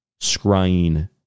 scrying